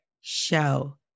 show